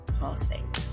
passing